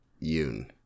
Yoon